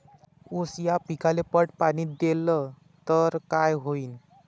ऊस या पिकाले पट पाणी देल्ल तर काय होईन?